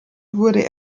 wurde